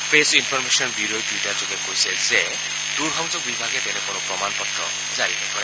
press information bureau টুইটাৰযোগে কৈছে যে দূৰ সংযোগ বিভাগে তেনে কোনো প্ৰমাণ পত্ৰ জাৰি নকৰে